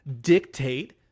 dictate